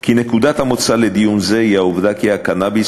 כי נקודת המוצא לדיון זה היא העובדה שהקנאביס